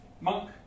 Monk